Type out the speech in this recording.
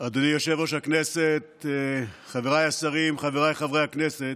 אדוני היושב-ראש, חבריי השרים, חבריי חברי הכנסת,